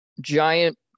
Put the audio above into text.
giant